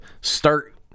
start